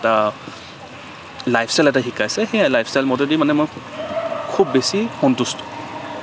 এটা life style এটা শিকাইছে সেই লাইফ ষ্টাইল মতেদি মানে মই খুব বেছি সন্তোষ্ট